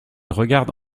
regarde